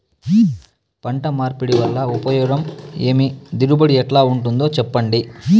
పంట మార్పిడి వల్ల ఉపయోగం ఏమి దిగుబడి ఎట్లా ఉంటుందో చెప్పండి?